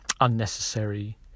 unnecessary